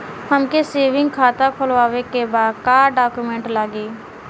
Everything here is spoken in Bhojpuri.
हमके सेविंग खाता खोलवावे के बा का डॉक्यूमेंट लागी?